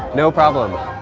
no problem.